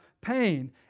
pain